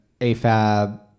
AFAB